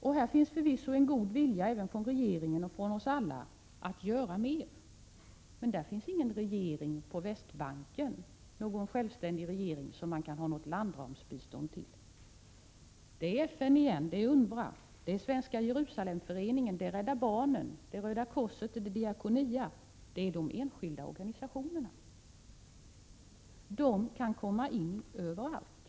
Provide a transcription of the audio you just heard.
Det finns förvisso en god vilja från oss alla och även från regeringen i fråga om att göra mer. Men på Västbanken finns ingen självständig regering som man kan ha något landramssamarbete med. Det är återigen FN, UNRWA, Svenska Jerusalemföreningen, Rädda barnen, Röda korset och Diakonia. Det är de enskilda organisationerna. De kan komma in överallt.